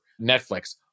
Netflix